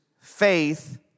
faith